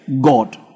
God